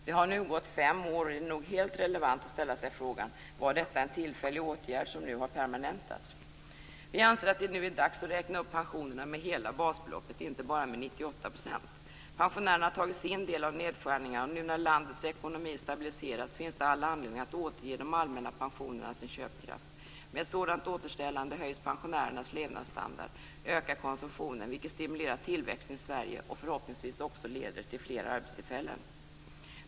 Det har nu gått fem år, och det är nog helt relevant att ställa sig frågan: Var detta en tillfällig åtgärd som nu har permanentas? Vi anser att det nu är dags att räkna upp pensionerna med hela basbeloppet, inte bara med 98 %. Pensionärerna har tagit sin del av nedskärningar, och nu när landet ekonomi stabiliseras finns det all anledning att återge de allmänna pensionerna deras köpkraft. Med ett sådant återställande höjs pensionärernas levnadsstandard. Då ökar också konsumtionen, vilket stimulerar tillväxten i Sverige och förhoppningsvis också leder till fler arbetstillfällen.